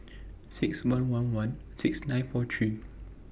six one one one six nine four three